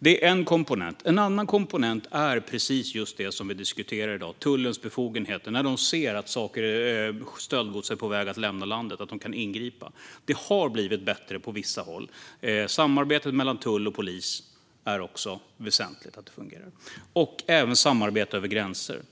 Detta var en komponent. En annan komponent är precis det vi diskuterar i dag, nämligen tullens befogenheter. När de ser att stöldgods är på väg att lämna landet ska de kunna ingripa. Det har blivit bättre på vissa håll. Det är också väsentligt att samarbetet mellan tull och polis fungerar, och det gäller även samarbetet över gränser.